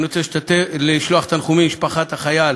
אני רוצה לשלוח תנחומים למשפחת החייל